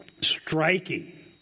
Striking